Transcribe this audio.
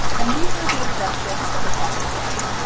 and these are the objectives of the talk today.